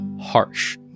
harsh